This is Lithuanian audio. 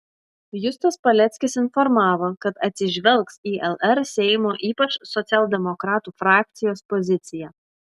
justas paleckis informavo kad atsižvelgs į lr seimo ypač socialdemokratų frakcijos poziciją